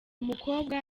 mukobwa